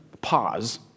pause